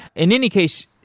in any case,